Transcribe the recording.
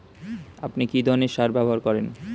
আপনি কী ধরনের সার ব্যবহার করেন?